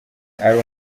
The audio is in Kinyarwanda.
ari